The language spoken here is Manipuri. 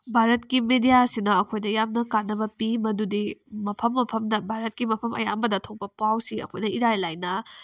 ꯚꯥꯔꯠꯀꯤ ꯕꯤꯗ꯭ꯌꯥ ꯑꯁꯤꯅ ꯑꯩꯈꯣꯏꯗ ꯌꯥꯝꯅ ꯀꯥꯟꯅꯕ ꯄꯤ ꯃꯗꯨꯗꯤ ꯃꯐꯝ ꯃꯐꯝꯗ ꯚꯥꯔꯠꯀꯤ ꯃꯐꯝ ꯑꯌꯥꯝꯕꯗ ꯊꯣꯛꯄ ꯄꯥꯎꯁꯤ ꯑꯩꯈꯣꯏꯅ ꯏꯔꯥꯏ ꯂꯥꯏꯅ